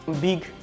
big